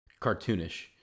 cartoonish